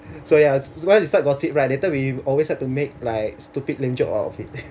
so ya once you start gossip right that time we always had to make like stupid lame joke out of it